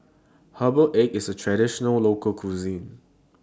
Herbal Egg IS A Traditional Local Cuisine